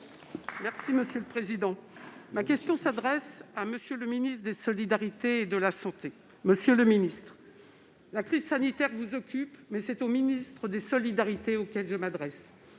Territoires. Ma question s'adresse à M. le ministre des solidarités et de la santé. Monsieur le ministre, la crise sanitaire vous occupe, mais c'est au ministre des solidarités que je souhaite